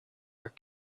are